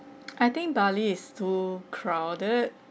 I think bali is too crowded